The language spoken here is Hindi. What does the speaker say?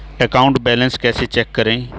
अकाउंट बैलेंस कैसे चेक करें?